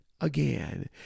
Again